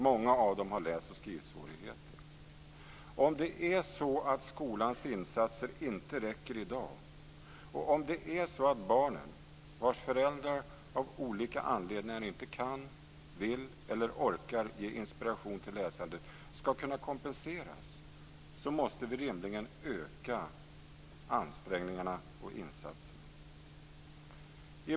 Många av dem har läs och skrivsvårigheter. Om det är så att skolans insatser inte räcker i dag och om det är så att barn vars föräldrar av olika anledningar inte kan, vill eller orkar ge inspiration till läsande skall kunna kompenseras, måste vi rimligen öka ansträngningarna och insatserna.